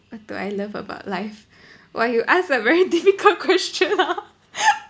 what do I love about life !wah! you ask a very difficult question ah